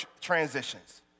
transitions